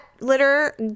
litter